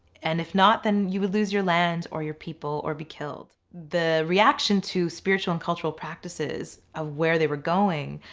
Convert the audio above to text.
and if not then you loose your land, or your people, or be killed. the reaction to spiritual and cultural practices ah where they were going,